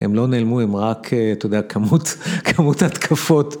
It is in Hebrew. הם לא נעלמו, הם רק, אתה יודע, כמות, כמות התקפות.